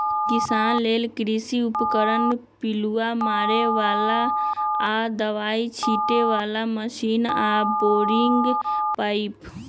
किसान लेल कृषि उपकरण पिलुआ मारे बला आऽ दबाइ छिटे बला मशीन आऽ बोरिंग पाइप